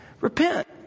repent